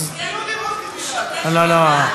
לא דיברתי מילה עכשיו,